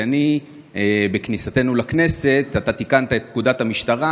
כי בכניסתנו לכנסת אתה תיקנת את פקודת המשטרה,